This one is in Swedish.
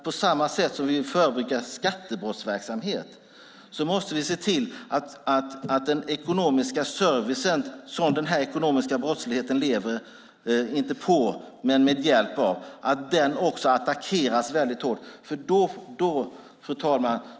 På samma sätt som vi vill förebygga skattebrottsverksamhet måste vi se till att den ekonomiska service med vars hjälp den här ekonomiska brottsligheten lever attackeras hårt. Fru talman!